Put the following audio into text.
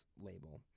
label